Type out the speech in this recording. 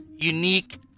Unique